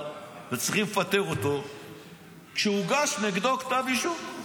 וצריכים לפטר אותו כשהוגש נגדו כתב אישום.